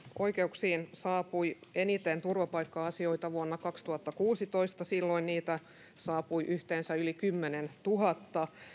oikeuksiin saapui eniten turvapaikka asioita vuonna kaksituhattakuusitoista silloin niitä saapui yhteensä yli kymmenentuhatta